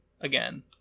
Again